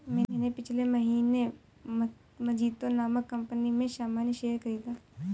मैंने पिछले महीने मजीतो नामक कंपनी में सामान्य शेयर खरीदा